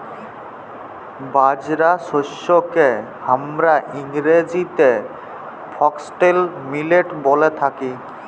বাজরা শস্যকে হামরা ইংরেজিতে ফক্সটেল মিলেট ব্যলে থাকি